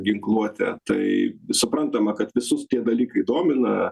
ginkluotę tai suprantama kad visus tie dalykai domina